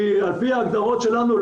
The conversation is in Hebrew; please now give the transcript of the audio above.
כי על פי ההגדרות שלנו,